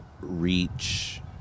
reach